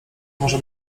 może